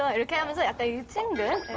ah and kind of is like a good singer.